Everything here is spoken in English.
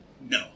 No